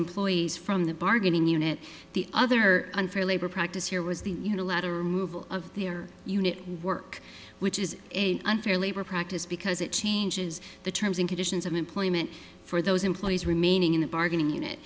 employees from the bargaining unit the other unfair labor practice here was the unilateral move of their unit work which is a unfair labor practice because it changes the terms and conditions of employment for those employees remaining in the bargaining unit